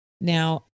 Now